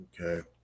Okay